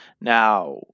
Now